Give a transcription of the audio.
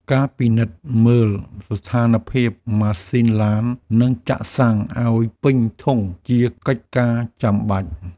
ការពិនិត្យមើលស្ថានភាពម៉ាស៊ីនឡាន និងចាក់សាំងឱ្យពេញធុងជាកិច្ចការចាំបាច់។